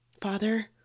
father